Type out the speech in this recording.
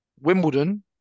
Wimbledon